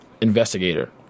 investigator